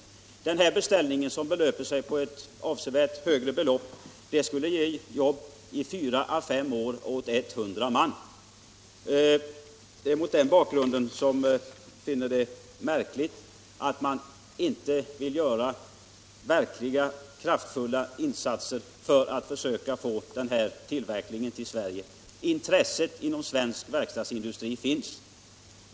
Den nu ifrågavarande beställningen som belöper sig på ett avsevärt högre belopp skulle ge jobb åt 100 man under fyra å fem år. Det är mot den bakgrunden som jag finner det märkligt att man inte vill göra verkligt kraftfulla insatser för att försöka få ifrågavarande tillverkning till Sverige. Intresset finns inom svensk verkstadsindustri.